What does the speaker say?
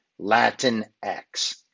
Latinx